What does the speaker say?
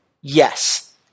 Yes